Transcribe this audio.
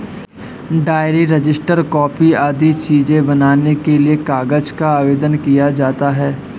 diary, register, copy आदि चीजें बनाने के लिए कागज का आवेदन किया जाता है